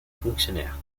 fonctionnaires